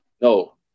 No